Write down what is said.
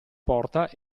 porta